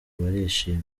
barishima